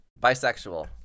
Bisexual